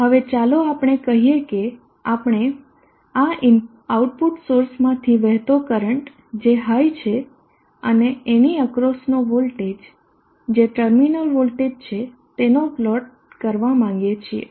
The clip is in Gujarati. હવે ચાલો આપણે કહીએ કે આપણે આ આઉટપુટ સોર્સમાંથી વહેતો કરંટ જે high છે અને આની અક્રોસનો વોલ્ટેજ જે ટર્મિનલ વોલ્ટેજ છે તેનો પ્લોટ કરવા માંગીએ છીએ